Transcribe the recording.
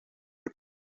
per